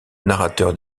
narrateur